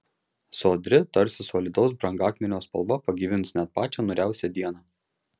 sodri tarsi solidaus brangakmenio spalva pagyvins net pačią niūriausią dieną